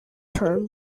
term